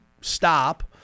stop